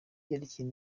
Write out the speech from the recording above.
byerekeye